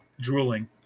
Drooling